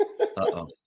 uh-oh